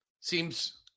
Seems